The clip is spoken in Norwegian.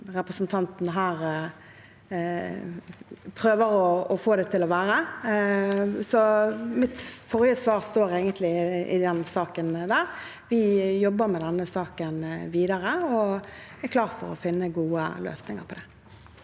representanten her prøver å få det til å være. Mitt forrige svar står egentlig i denne saken. Vi jobber videre med denne saken og er klar for å finne gode løsninger.